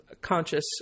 conscious